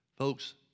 Folks